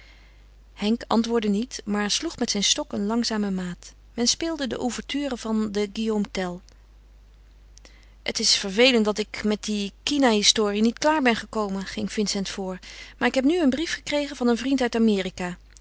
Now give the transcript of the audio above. henk antwoordde niet maar sloeg met zijn stok een langzame maat men speelde de ouverture van den guillaume tell het is vervelend dat ik met die kinahistorie niet klaar ben gekomen ging vincent voort maar ik heb nu een brief gekregen van een vriend uit amerika